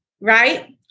right